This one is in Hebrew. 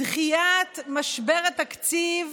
משבר התקציב.